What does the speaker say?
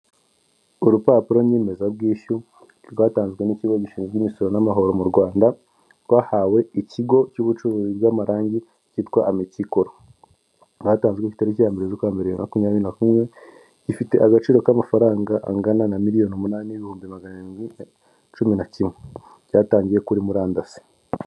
Iduka rucuruza imyenda itandukanye, akaba ari imyenda ikorwa mu bitenge, akaba ari imyenda ikorerwa mu gihugu cyacu cy'u Rwanda. Akaba ari imyambaro y'abagore, abagabo abana, abasore , abadamu ndetse n'abagore.